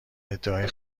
ادعای